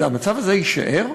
המצב הזה יישאר?